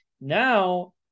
now